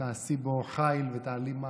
תעשי בו חיל ותעלי מעלה-מעלה.